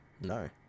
no